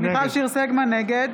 נגד